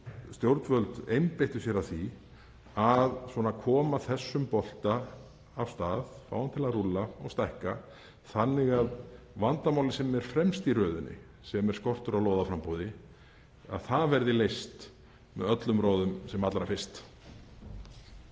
stjórnvöld einbeittu sér að því að koma þessum bolta af stað, fá hann til að rúlla og stækka þannig að vandamálið sem er fremst í röðinni, sem er skortur á lóðaframboði, verði leyst með öllum ráðum sem allra fyrst.